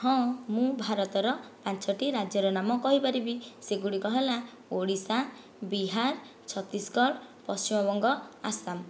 ହଁ ମୁଁ ଭାରତର ପାଞ୍ଚଟି ରାଜ୍ୟର ନାମ କହିପାରିବି ସେଗୁଡ଼ିକ ହେଲା ଓଡ଼ିଶା ବିହାର ଛତିଶଗଡ଼ ପଶ୍ଚିମବଙ୍ଗ ଆସାମ